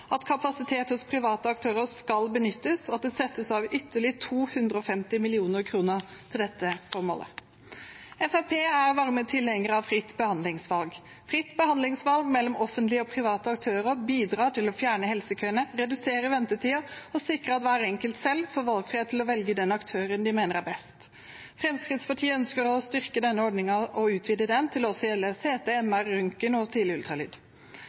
at kapasitet hos private aktører skal benyttes, og at det settes av ytterligere 250 mill. kr til dette formålet. Fremskrittspartiet er varme tilhengere av fritt behandlingsvalg. Fritt behandlingsvalg mellom offentlige og private aktører bidrar til å fjerne helsekøene, redusere ventetiden og sikre at hver enkelt selv får valgfrihet til å velge den aktøren de mener er best. Fremskrittspartiet ønsker å styrke denne ordningen og utvide den til også å gjelde CT, MR, røntgen og tidlig ultralyd.